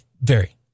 Very